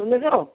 सुन्दैछौ